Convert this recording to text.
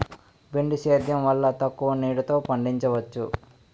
బిందు సేద్యం వల్ల తక్కువ నీటితో పండించవచ్చు